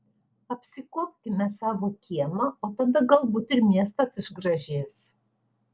apsikuopkime savo kiemą o tada galbūt ir miestas išgražės